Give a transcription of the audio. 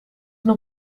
nog